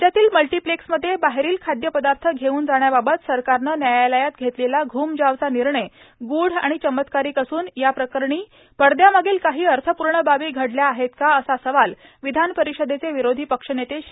राज्यातील मल्टीप्लेक्समध्ये बाहेरील खाद्यपदार्थ घेऊन जाण्याबाबत सरकारनं न्यायालयात घेतलेला घूमजावचा निर्णय गूढ आणि चमत्कारिक असून या प्रकरणी पडद्यामागील काही अर्थपूर्ण बाबी घडल्या आहेत का असा सवाल विधान परिषदेचे विरोधी पक्षनेते श्री